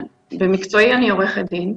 במקצועי עורכת דין,